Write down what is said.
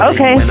Okay